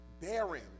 bearing